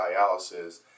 dialysis